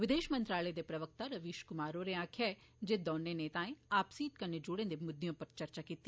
विदेश मंत्रालय दे प्रवक्ता रवीश कुमार होरें आक्खेआ ऐ जे दौनें नेताए अपनी हित कन्नै जुड़े दे मुद्दे उप्पर चर्चा कीती